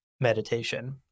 meditation